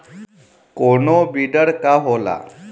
कोनो बिडर का होला?